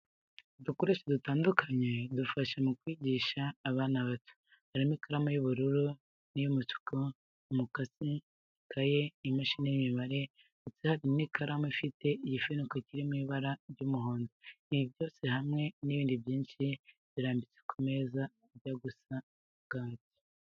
Udukoresho dutandukanye dufasha mu kwigisha abana bato, harimo ikaramu y'ubururu n'iy'umutuku, umukasi, ikaye, imashini y'imibare ndetse hari n'ikaramu ifite igifuniko kiri mu ibara ry'umuhondo. Ibyo byose hamwe n'ibindi byinshi birambitse ku meza ajya gusa na kaki.